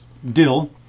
Dill